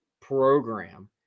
program